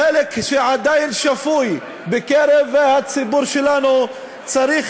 החלק שעדיין שפוי בקרב הציבור שלנו צריך